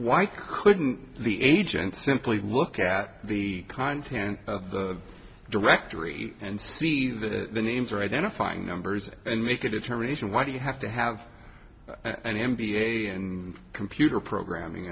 why couldn't the agent simply look at the content of the directory and see that the names are identifying numbers and make a determination why do you have to have an m b a and computer programming